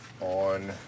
on